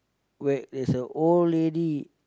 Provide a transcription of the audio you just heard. where there's a old lady